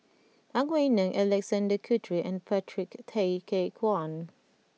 Ang Wei Neng Alexander Guthrie and Patrick Tay Teck Guan